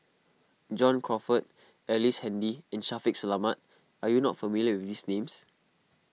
John Crawfurd Ellice Handy and Shaffiq Selamat are you not familiar with these names